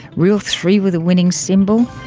reel three with a winning symbol,